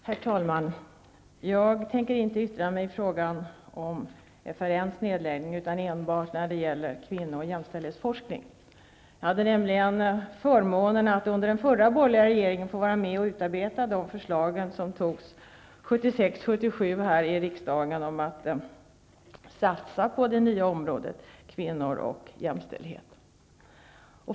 Herr talman! Jag tänker inte yttra mig i frågan om FRN:s nedläggning utan enbart när det gäller kvinnooch jämställdhetsforskning. Jag hade nämligen förmånen under den förra borgerliga regeringen att vara med om att utarbeta de förslag som antogs 1976--1977 här i riksdagen om att satsa på det nya området kvinnor och jämställdhet.